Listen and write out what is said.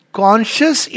conscious